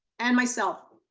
and myself,